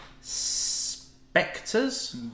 Spectres